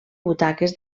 butaques